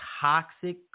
toxic